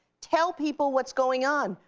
tell people what's going on.